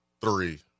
three